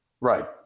Right